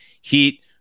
Heat